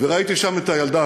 וראיתי שם את הילדה,